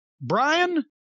brian